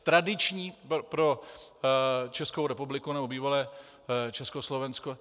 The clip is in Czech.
Tradiční pro Českou republiku nebo bývalé Československo.